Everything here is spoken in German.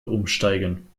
umsteigen